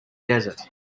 desert